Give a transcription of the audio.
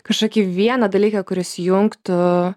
kažkokį vieną dalyką kuris jungtų